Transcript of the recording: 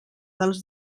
dels